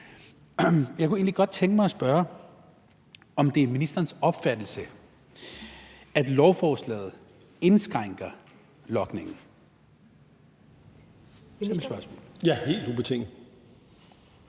egentlig godt tænke mig at spørge, om det er ministerens opfattelse, at lovforslaget indskrænker logningen. Kl.